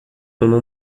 uma